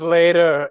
later